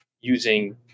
using